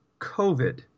COVID